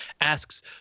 asks